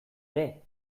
ere